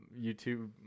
youtube